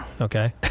Okay